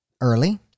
early